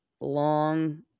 long